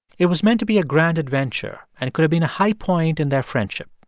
it was meant to be a grand adventure, and it could've been a high point in their friendship,